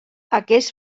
aquest